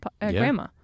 grandma